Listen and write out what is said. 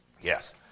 Yes